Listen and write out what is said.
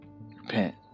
repent